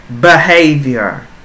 behavior